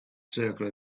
circle